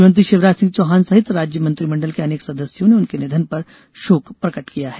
मुख्यमंत्री शिवराज सिंह चौहान सहित राज्य मंत्रिमंडल के अनेक सदस्यों ने उनके निधन पर शोक प्रकट किया है